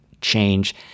change